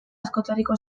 askotariko